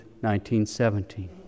1917